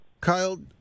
Kyle